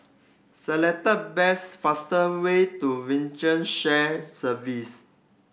select the best fastest way to Shared Service